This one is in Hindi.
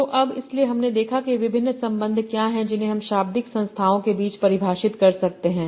तो अब इसलिए हमने देखा कि विभिन्न संबंध क्या हैं जिन्हें हम शाब्दिक संस्थाओं के बीच परिभाषित कर सकते हैं